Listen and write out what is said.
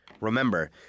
Remember